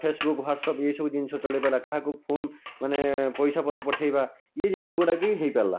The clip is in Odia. ଫେସ୍ବୁକ ହ୍ୱାଟସ୍ଅପ୍ ଏଇସବୁ ଜିନିଷ ଚଲେଇ ପାରିଲା କାହାକୁ ଫୋନ୍ ମାନେ ପଇସା ପଠେ ପଠେଇବା ଏଇ ଜିନିଷଗୁଡ଼ା ବି ହେଇପାରିଲା